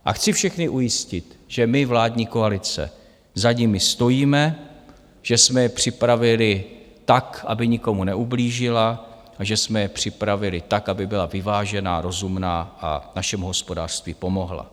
A chci všechny ujistit, že my, vládní koalice, za nimi stojíme, že jsme je připravili tak, aby nikomu neublížila a že jsme je připravili tak, aby byla vyvážená, rozumná a našemu hospodářství pomohla.